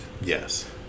Yes